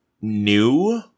new